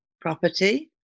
property